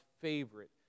favorite